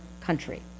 country